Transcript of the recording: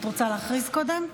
להכריז קודם?